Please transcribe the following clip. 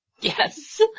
Yes